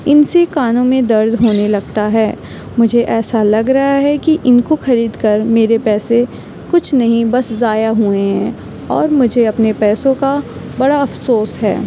ان سے کانوں میں درد ہونے لگتا ہے مجھے ایسا لگ رہا ہے کہ ان کو خرید کر میرے پیسے کچھ نہیں بس ضائع ہوئے ہیں اور مجھے اپنے پیسوں کا بڑا افسوس ہے